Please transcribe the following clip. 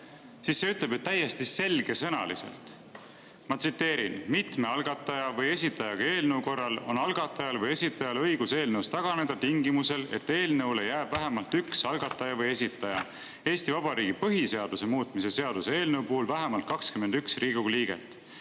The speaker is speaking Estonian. siis see ütleb ju täiesti selgesõnaliselt, ma tsiteerin: "Mitme algataja või esitajaga eelnõu korral on algatajal või esitajal õigus eelnõust taganeda tingimusel, et eelnõule jääb vähemalt üks algataja või esitaja, Eesti Vabariigi põhiseaduse muutmise seaduse eelnõu puhul vähemalt 21 Riigikogu liiget.